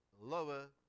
lower